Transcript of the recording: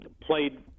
played